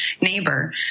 neighbor